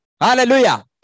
Hallelujah